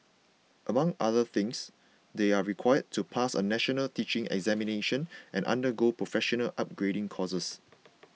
among other things they are required to pass a national teaching examination and undergo professional upgrading courses